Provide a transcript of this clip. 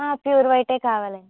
pure వైటే కావాలండి